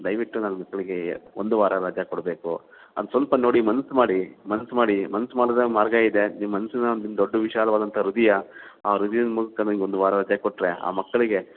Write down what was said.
ದಯವಿಟ್ಟು ನನ್ನ ಮಕ್ಕಳಿಗೆ ಒಂದು ವಾರ ರಜೆ ಕೊಡಬೇಕು ಅದು ಸ್ವಲ್ಪ ನೋಡಿ ಮನ್ಸು ಮಾಡಿ ಮನ್ಸು ಮಾಡಿ ಮನ್ಸು ಮಾಡಿದ್ರೆ ಮಾರ್ಗ ಇದೆ ನಿಮ್ಮ ಮನ್ಸು ನಿಮ್ಮ ದೊಡ್ಡ ವಿಶಾಲವಾದಂಥ ಹೃದಯ ಆ ಹೃದಯದ ಮೂಲಕ ನೀವು ಒಂದು ವಾರ ರಜೆ ಕೊಟ್ಟರೆ ಆ ಮಕ್ಕಳಿಗೆ